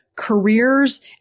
careers